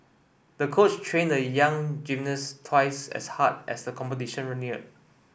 the coach trained the young gymnast twice as hard as the competition neared